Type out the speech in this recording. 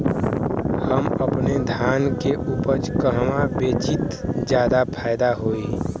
हम अपने धान के उपज कहवा बेंचि त ज्यादा फैदा होई?